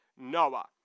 Noah